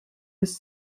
was